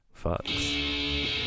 fucks